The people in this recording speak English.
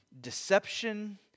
deception